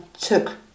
took